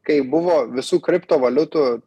kai buvo visų kriptovaliutų